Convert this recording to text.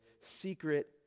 secret